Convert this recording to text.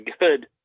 good